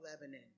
Lebanon